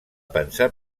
pensar